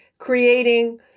creating